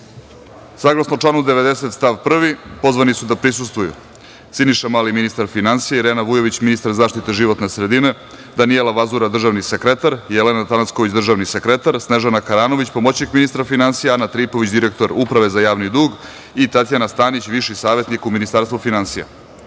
reda. Saglasno članu 90. stav 1, pozvani su da prisustvuju: Siniša Mali, ministar finansija, Irena Vujović, ministar za zaštitu životne sredine, Danijela Vazura, državni sekretar, Jelena Tanasković, državni sekretar, Snežana Karanović, pomoćnik ministra finansija, Ana Tripović, direktor Uprave za javni dug i Tatjana Stanić, viši savetnik u Ministarstvu finansija. Molim